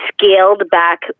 scaled-back